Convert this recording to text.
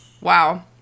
wow